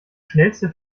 schnellste